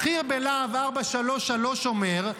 בכיר בלהב 433 אומר: